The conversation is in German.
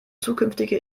zukünftige